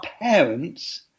parents